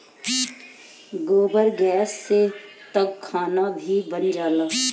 गोबर गैस से तअ खाना भी बन जाला